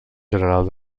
general